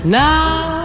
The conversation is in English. now